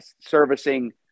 servicing